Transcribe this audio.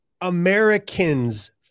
Americans